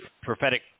prophetic